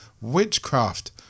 witchcraft